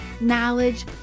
knowledge